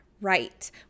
right